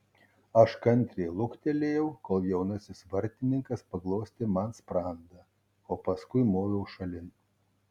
aš kantriai luktelėjau kol jaunasis vartininkas paglostė man sprandą o paskui moviau šalin